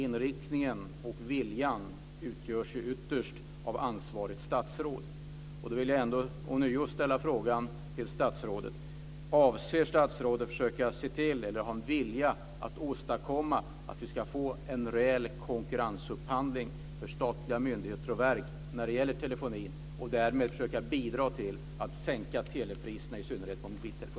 Inriktningen avgörs ytterst av ansvarigt statsråd.